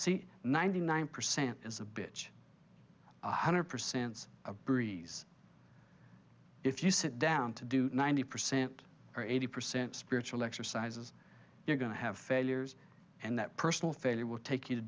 see ninety nine percent is a bitch one hundred percent a breeze if you sit down to do ninety percent or eighty percent spiritual exercises you're going to have failures and that personal failure will take you to